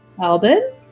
Albin